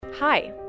Hi